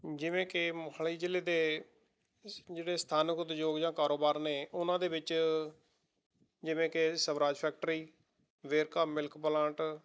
ਜਿਵੇਂ ਕਿ ਮੋਹਾਲੀ ਜ਼ਿਲ੍ਹੇ ਦੇ ਜਿਹੜੇ ਸਥਾਨਕ ਉਦਯੋਗ ਜਾਂ ਕਾਰੋਬਾਰ ਨੇ ਉਹਨਾਂ ਦੇ ਵਿੱਚ ਜਿਵੇਂ ਕਿ Swaraj factory Verka milk plant